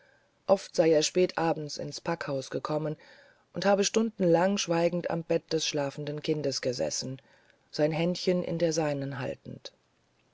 oft sei er spät abends ins packhaus gekommen und habe stundenlang schweigend am bett des schlafenden kindes gesessen sein händchen in der seinen haltend